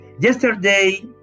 yesterday